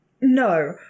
No